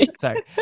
Sorry